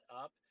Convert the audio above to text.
up